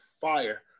fire